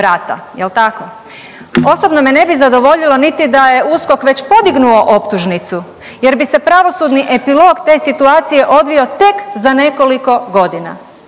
Osobno me ne bi zadovoljilo niti da je USKOK već podignuo optužnicu jer bi se pravosudni epilog te situacije odvio tek za nekoliko godina.